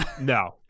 No